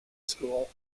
school